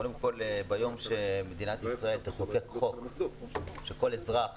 ביום שמדינת ישראל תחוקק חוק שכל אזרח